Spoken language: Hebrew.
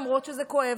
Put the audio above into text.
למרות שזה כואב,